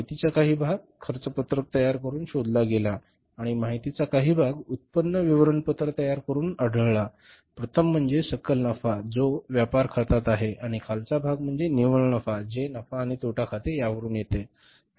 माहितीचा काही भाग खर्चपत्रक तयार करुन शोधला गेला आणि माहितीचा काही भाग उत्पन्न विवरण तयार करुन आढळला प्रथम म्हणजे सकल नफा जो व्यापार खात्यात आहे आणि खालचा भाग म्हणजे निव्वळ नफा जे नफा आणि तोटा खाते यावरून येते